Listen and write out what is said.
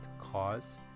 cause